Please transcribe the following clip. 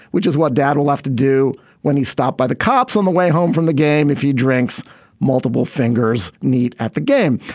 which is what dad will have to do when he stopped by the cops on the way home from the game. if he drinks multiple fingers, neat at the game.